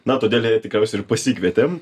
na todėl ją tikriausiai ir pasikvietėm